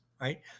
right